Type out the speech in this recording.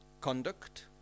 conduct